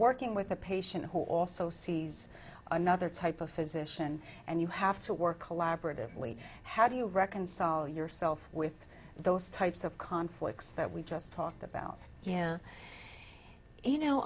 working with a patient who also sees another type of physician and you have to work collaboratively how do you reconcile yourself with those types of conflicts that we just talked about him you know